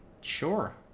sure